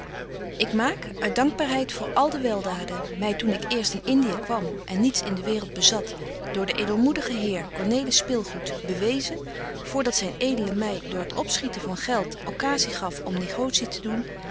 ik maak uit dankbaarheid voor al de weldaden my toen ik eerst in indiën kwam en niets in de waereld bezat door den edelmoedigen heer cornelis spilgoed bewezen voor dat zyn edele my door het opschieten van geld occasie gaf om negotie te doen